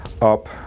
up